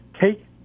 take